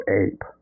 ape